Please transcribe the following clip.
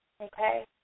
Okay